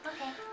Okay